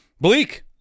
Bleak